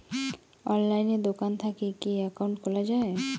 অনলাইনে দোকান থাকি কি একাউন্ট খুলা যায়?